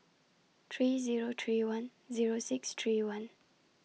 three Zero three one Zero six three one